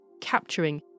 capturing